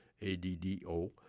A-D-D-O